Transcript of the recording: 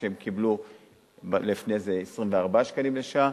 כשהם קיבלו לפני זה 24 שקלים לשעה.